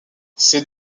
ces